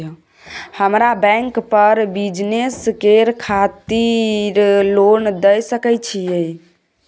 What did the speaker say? हमरा बैंक बर बिजनेस करे खातिर लोन दय सके छै?